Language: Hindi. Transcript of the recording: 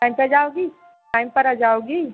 टाइम पर आ जाओगी टाइम पर आ जाओगी